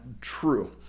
true